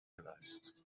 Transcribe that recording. realized